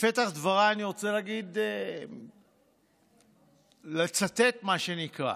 בפתח דבריי, אני רוצה לצטט, מה שנקרא: